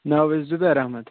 ناو حظ زُبیر احمد